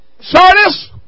Sardis